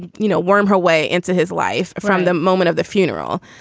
you know, worm her way into his life from the moment of the funeral.